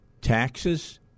taxes